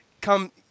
come